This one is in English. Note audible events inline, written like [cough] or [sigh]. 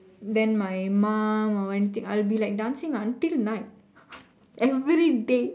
then my mum or anything I'll be like dancing until night [laughs] every day